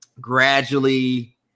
gradually